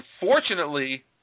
Unfortunately